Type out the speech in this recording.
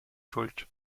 schuld